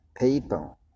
People